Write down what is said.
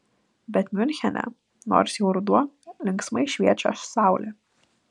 bet miunchene nors jau ruduo linksmai šviečia saulė